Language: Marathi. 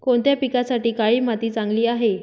कोणत्या पिकासाठी काळी माती चांगली आहे?